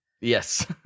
Yes